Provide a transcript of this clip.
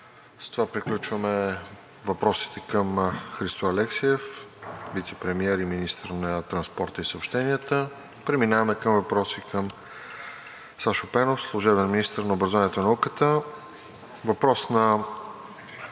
С това приключваме въпросите към Христо Алексиев – вицепремиер и министър на транспорта и съобщенията. Преминаваме към въпроси към Сашо Пенов – служебен министър на образованието и науката. Въпрос на